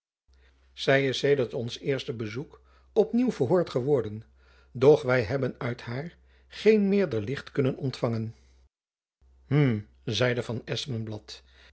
zy is sedert ons eerste bezoek op nieuw verhoord geworden doch wy hebben uit haar geen meerder licht kunnen ontfangen hm zeide van